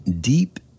Deep